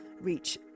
reach